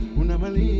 unamali